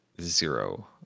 zero